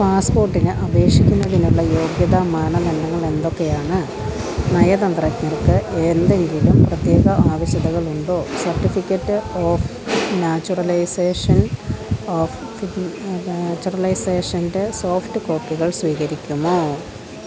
പാസ്പ്പോട്ടിന് അപേക്ഷിക്കുന്നതിനുള്ള യോഗ്യതാ മാനദണ്ഡങ്ങൾ എന്തൊക്കെയാണ് നയതന്ത്രജ്ഞർക്ക് എന്തെങ്കിലും പ്രത്യേക ആവശ്യകതകളുണ്ടോ സർട്ടിഫിക്കറ്റ് ഓഫ് നാച്യുറലൈസേഷൻ ഓഫ് നാച്ചുറലൈസേഷന്റെ സോഫ്റ്റ് കോപ്പികൾ സ്വീകരിക്കുമോ